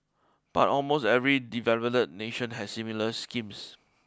but almost every developed nation has similar schemes